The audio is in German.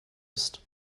ist